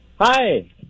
Hi